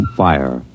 fire